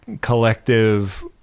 collective